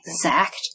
exact